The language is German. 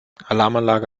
alarmanlage